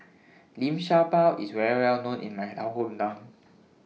Liu Sha Bao IS very Well known in My Town Hometown